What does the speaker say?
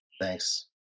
Thanks